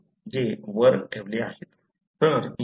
जे वर ठेवले आहेत